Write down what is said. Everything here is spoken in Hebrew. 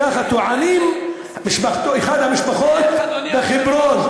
ככה טוענת אחת המשפחות בחברון.